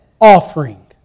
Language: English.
offering